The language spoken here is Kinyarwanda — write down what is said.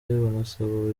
banasaba